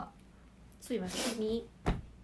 女儿